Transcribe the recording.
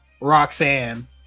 Roxanne